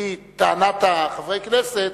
לפי טענת חברי הכנסת,